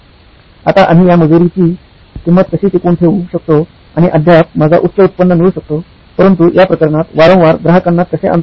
आता आम्ही या मजुरीची किंमत कशी टिकवून ठेवू शकतो आणि अद्याप माझा उच्च उत्पन्न मिळू शकतो परंतु या प्रकरणात वारंवार ग्राहकांना कसे आणता येईल